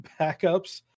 backups